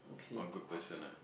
or good person ah